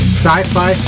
Sci-Fi